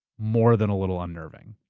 more than a little, unnerving.